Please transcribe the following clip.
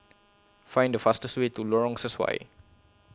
Find The fastest Way to Lorong Sesuai